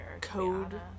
code